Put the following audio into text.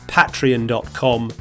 patreon.com